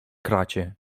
kracie